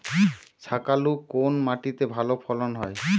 শাকালু কোন মাটিতে ভালো ফলন হয়?